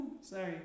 Sorry